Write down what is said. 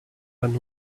than